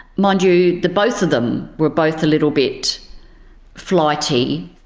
mind you, the both of them were both a little bit flighty.